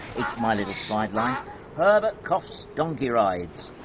it's my little sideline herbert cough's donkey rides!